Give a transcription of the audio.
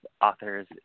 authors